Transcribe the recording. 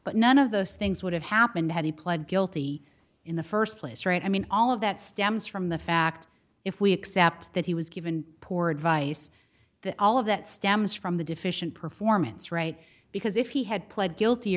but none of those things would have happened had he pled guilty in the st place right i mean all of that stems from the fact if we accept that he was given poor advice that all of that stems from the deficient performance right because if he had pled guilty